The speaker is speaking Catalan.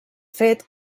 fet